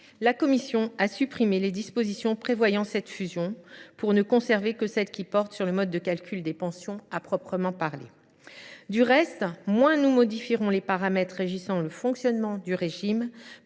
la commission a supprimé les dispositions prévoyant cette fusion, pour ne conserver que celles qui portent sur le mode de calcul des pensions à proprement parler. Au reste, moins nous modifierons les paramètres régissant le fonctionnement du régime,